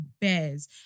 Bears